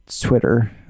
Twitter